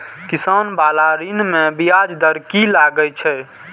किसान बाला ऋण में ब्याज दर कि लागै छै?